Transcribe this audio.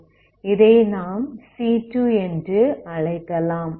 இதை நாம் c2 என்று அழைக்கலாம்